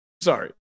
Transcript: Sorry